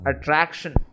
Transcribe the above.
attraction